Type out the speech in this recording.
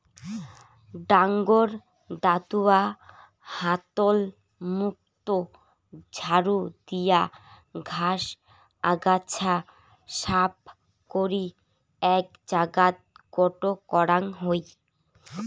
ডাঙর দাতুয়া হাতল যুক্ত ঝাড়ু দিয়া ঘাস, আগাছা সাফ করি এ্যাক জাগাত গোটো করাং হই